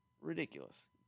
ridiculous